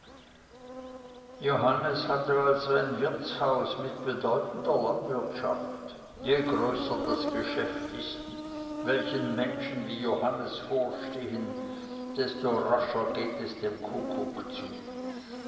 johannes hatte also ein wirtshaus mit bedeutender landwirtschaft je größer das geschäft ist welchem menschen wie johannes vorstehen desto rascher geht es dem kuckuck zu